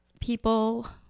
people